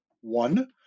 One